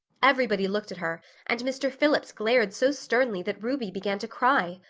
everybody looked at her and mr. phillips glared so sternly that ruby began to cry.